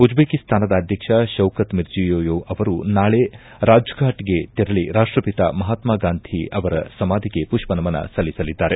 ಉಜ್ಜೇಕಿಸ್ತಾನದ ಅಧ್ಯಕ್ಷ Shavkat Mirziyoyev ಅವರು ನಾಳೆ ರಾಜಘಾಟ್ಗೆ ತೆರಳಿ ರಾಷ್ಷಪಿತ ಮಹಾತ್ನಗಾಂಧಿ ಅವರ ಸಮಾಧಿಗೆ ಪುಷ್ಪನಮನ ಸಲ್ಲಿಸಲಿದ್ದಾರೆ